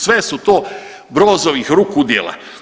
Sve su to Brozovih ruku djela.